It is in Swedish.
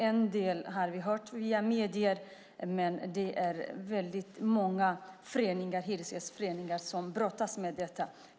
En del har vi hört om via medier, men det är väldigt många hyresgästföreningar som brottas med detta.